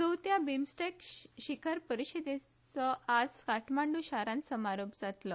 चवथ्या बिमस्टीक शिगर परिशदेच्या आयज काठमांडू शारांत समारोप जातलो